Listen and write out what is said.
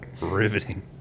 Riveting